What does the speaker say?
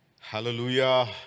Hallelujah